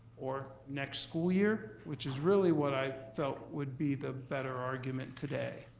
or next school year, which is really what i felt would be the better argument today,